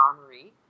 armory